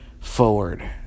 forward